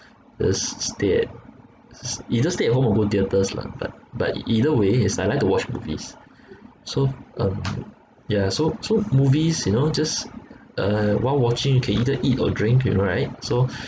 just stay at s~ either stay at home or go theatres lah but but either way is I like to watch movies so um yeah so so movies you know just uh while watching you can either eat or drink you know right so